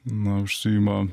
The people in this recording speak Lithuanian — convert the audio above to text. na užsiima